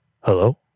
Hello